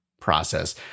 process